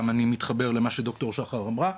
אני מתחבר למה שד"ר שחר אמרה,